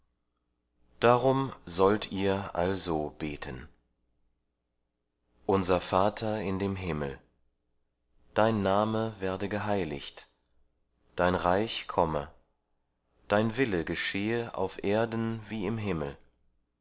darum sollt ihr also beten unser vater in dem himmel dein name werde geheiligt dein reich komme dein wille geschehe auf erden wie im himmel